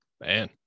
Man